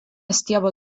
stiebo